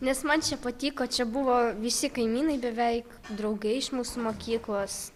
nes man čia patiko čia buvo visi kaimynai beveik draugai iš mūsų mokyklos